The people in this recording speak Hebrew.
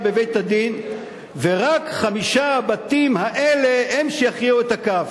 בבית-הדין ורק חמישה הבתים האלה הם שיכריעו את הכף.